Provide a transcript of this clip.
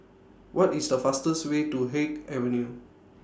What IS The fastest Way to Haig Avenue